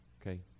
okay